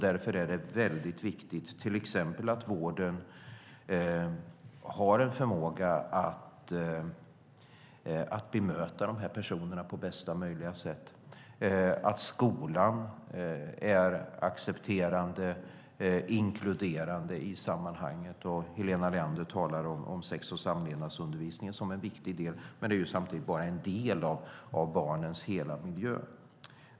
Därför är det viktigt att vården har förmåga att bemöta dessa personer på bästa sätt och att skolan är accepterande och inkluderande. Helena Leander talade om sex och samlevnadsundervisningen som viktig, men det är bara en del av barnens hela miljö.